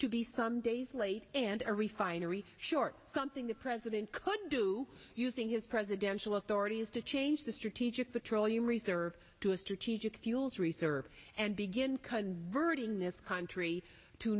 to be some days late and a refinery short something the president could do using his presidential authority is to change the strategic petroleum reserve to a strategic fuels reserve and begin converting this country to